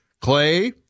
Clay